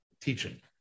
Teaching